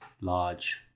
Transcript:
large